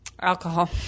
Alcohol